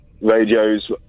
radios